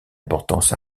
importance